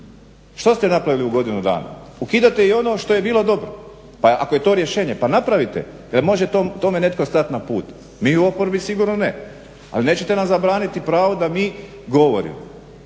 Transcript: Što ste napravili u godinu dana? Ukidate i ono što je bilo dobro. Pa ako je to rješenje, pa napravite. Jel' može tome netko stati na put? Mi u oporbi sigurno ne. Ali nećete nam zabraniti pravo da mi govorimo,